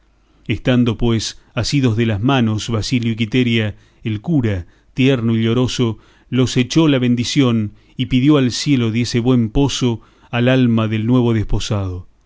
estando pues asidos de las manos basilio y quiteria el cura tierno y lloroso los echó la bendición y pidió al cielo diese buen poso al alma del nuevo desposado